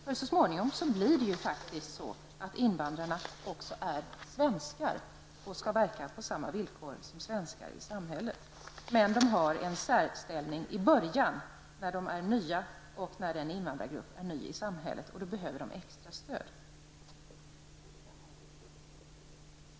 Med tiden blir faktiskt invandrarna också svenskar och skall verka på samma villkor som andra svenskar i samhället. Men de har en särställning i början när de är nya och deras grupper är nya i Sverige, och de behöver då extra stöd.